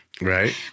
Right